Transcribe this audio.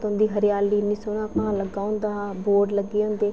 हरेयाली इन्ने सोह्ना घाऽ लग्गे दा होंदा हा बोर्ड लग्गे दे होंदे